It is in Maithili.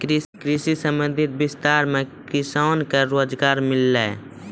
कृषि संबंधी विस्तार मे किसान के रोजगार मिल्लै